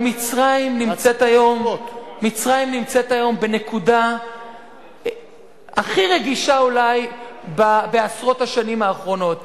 אבל מצרים נמצאת היום בנקודה הכי רגישה אולי בעשרות השנים האחרונות.